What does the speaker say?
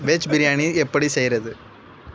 veg biryani எப்படி செய்வது